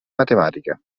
matematica